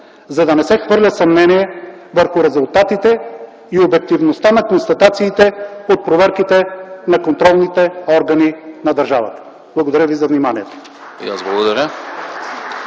за да не се хвърля съмнение върху резултатите и обективността на констатациите от проверките на контролните органи на държавата. Благодаря ви за вниманието.